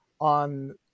on